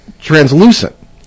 translucent